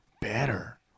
better